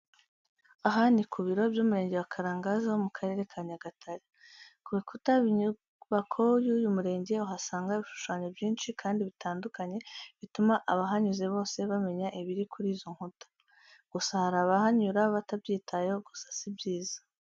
Aha ni ku biro by'Umurenge wa Karangazi wo mu Karere ka Nyagatare. Ku bikuta by'inyubako y'uyu murenge uhasanga ibishushanyo byinshi kandi bitandukanye bituma abahanyuze bose bamenya ibiri kuri izo nkuta. Gusa hari n'abahanyura batabyitayeho, gusa si byiza.